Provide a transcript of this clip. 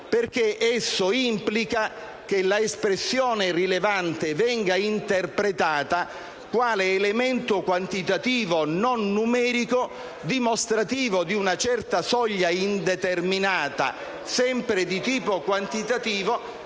perché esso implica che l'espressione «rilevante» venga interpretata quale elemento quantitativo non numerico, dimostrativo di una certa soglia indeterminata, sempre di tipo quantitativo,